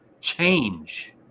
change